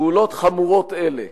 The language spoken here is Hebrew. פעולות חמורות אלה,